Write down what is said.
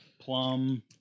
plum